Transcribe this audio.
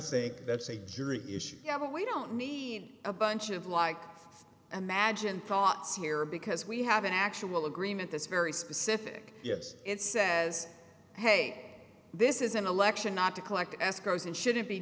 think that's a jury issue yeah but we don't need a bunch of like imagine thoughts here because we have an actual agreement this very specific yes it says hey this is an election not to collect escrows and should it be